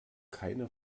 keine